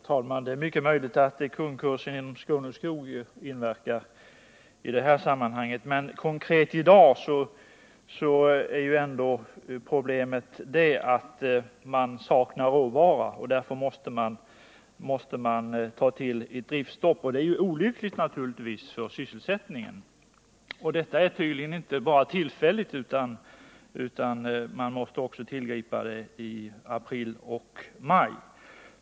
Herr talman! Det är mycket möjligt att konkursen i Skåneskog inverkar i detta sammanhang. Men i dag är ju det konkreta problemet att man saknar råvara, och därför måste man tillgripa ett driftstopp, vilket naturligtvis är olyckligt för sysselsättningen. Detta är tydligen inte bara en tillfällig åtgärd, utan man måste tillgripa driftstopp även i april och maj.